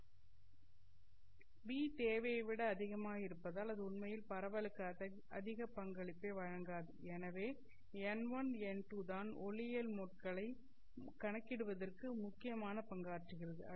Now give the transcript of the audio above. b தேவையைவிட அதிகமாக இருப்பதால் அது உண்மையில் பரவலுக்கு அதிக பங்களிப்பை வழங்காது எனவே n1 n2 தான் ஒளியியல் மோட்களை கணக்கிடுவதற்கு முக்கியமான பங்காற்றுகிறது